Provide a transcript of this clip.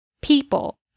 People